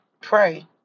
Pray